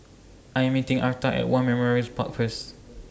I'm meeting Arta At War Memorials Park First